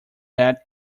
that